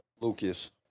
Lucas